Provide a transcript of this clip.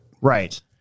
Right